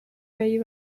way